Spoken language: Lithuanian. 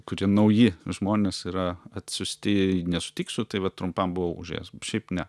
kurie nauji žmonės yra atsiųsti nesutiksiu tai va trumpam buvau užėjęs šiaip ne